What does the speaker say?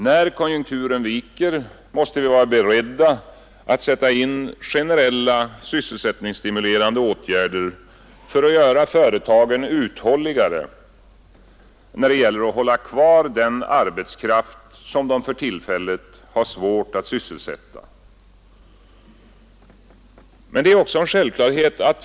När konjunkturen viker måste vi vara beredda att sätta in generella sysselsättningsstimulerande åtgärder för att göra företagen uthålligare, då det gäller att hålla kvar den arbetskraft som de för tillfället har svårt att sysselsätta. Det är en självklarhet.